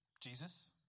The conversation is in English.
Jesus